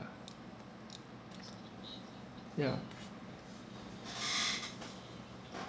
ya